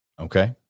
Okay